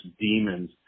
demons